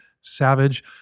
savage